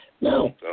No